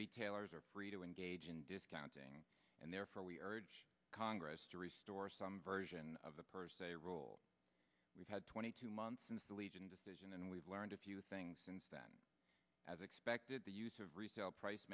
retailers are free to engage in discounting and therefore we urge congress to restore some version of the per se role we've had twenty two months since the legion decision and we've learned a few things since that as expected the use of resale price